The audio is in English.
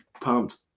pumped